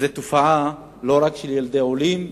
אז זאת תופעה לא רק של ילדי עולים.